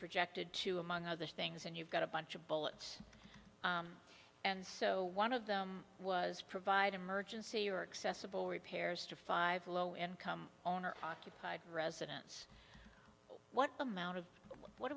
projected to among other things and you've got a bunch of bullets and so one of them was provide emergency or accessible repairs to five low income owner occupied residence what amount of what